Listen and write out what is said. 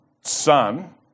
son